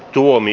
tuomi